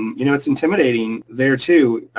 um you know it's intimidating there too.